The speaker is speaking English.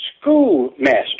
schoolmaster